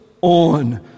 on